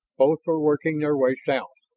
both were working their way south,